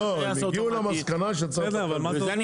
לא, הם הגיעו למסקנה שצריך לטפל בזה, זה גם משהו.